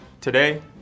Today